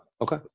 okay